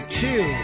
two